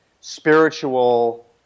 spiritual